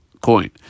coin